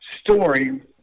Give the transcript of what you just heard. story